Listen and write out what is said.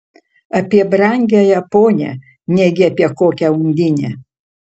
apie brangiąją ponią negi apie kokią undinę